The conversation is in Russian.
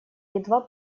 едва